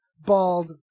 bald